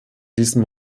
diesem